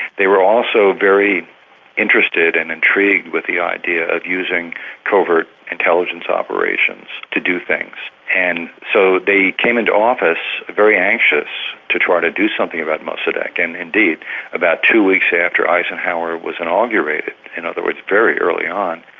they were also very interested and intrigued with the idea of using covert intelligence operations to do things, and so they came into office very anxious to try to do something about mossadeq, and indeed about two weeks after eisenhower was inaugurated, in other words very early on,